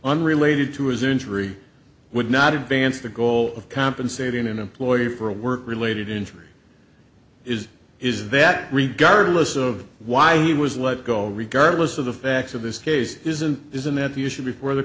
unrelated to his injury would not advance the goal of compensating an employee for a work related injury is is that regard list of why he was let go regardless of the facts of this case isn't isn't that you should be for the